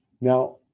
Now